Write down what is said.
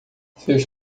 seus